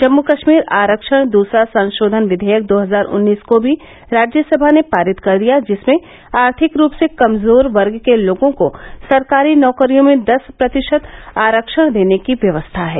जम्मू कश्मीर आरक्षण दूसरा संशोधन विधेयक दो हजार उन्नीस को भी राज्यसभा ने पारित कर दिया जिसमें आर्थिक रूप से कमजोर वर्गो के लोगों को सरकारी नौकरियों में दस प्रतिशत आरक्षण देने की व्यवस्था है